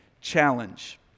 challenge